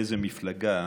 מאיזו מפלגה,